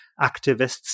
activists